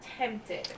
tempted